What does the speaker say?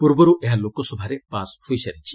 ପୂର୍ବରୁ ଏହା ଲୋକସଭାରେ ପାଶ୍ ହୋଇସାରିଛି